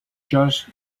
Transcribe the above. just